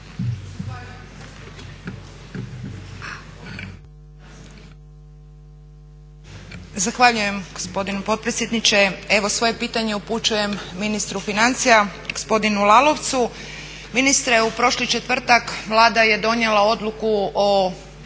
Zahvaljujem gospodine potpredsjedniče. Evo svoje pitanje upućujem ministru financija gospodinu Lalovcu. Ministre, u prošli četvrtak Vlada je donijela odluku o